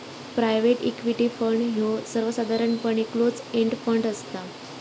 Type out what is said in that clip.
private equity fund ह्यो सर्वसाधारणपणे close end fund असता